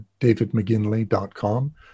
davidmcginley.com